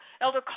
Elder